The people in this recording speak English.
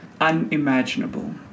unimaginable